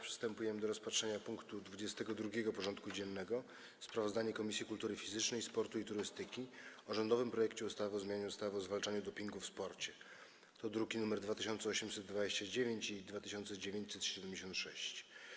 Przystępujemy do rozpatrzenia punktu 22. porządku dziennego: Sprawozdanie Komisji Kultury Fizycznej, Sportu i Turystyki o rządowym projekcie ustawy o zmianie ustawy o zwalczaniu dopingu w sporcie (druki nr 2829 i 2976)